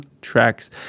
tracks